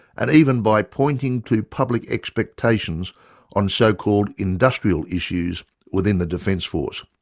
and even by pointing to public expectations on so-called industrial issues within the defence force.